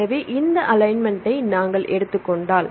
எனவே இந்த அலைன்மென்ட்டை நாங்கள் எடுத்துக் கொண்டால்